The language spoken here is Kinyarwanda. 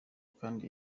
kandi